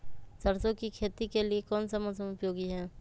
सरसो की खेती के लिए कौन सा मौसम उपयोगी है?